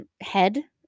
head